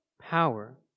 power